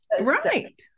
Right